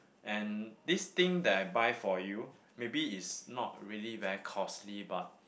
and this thing that I buy for you maybe is not really very costly but